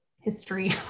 history